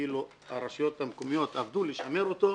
כאילו הרשויות המקומיות עבדו לשמר אותו.